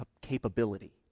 capability